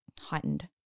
heightened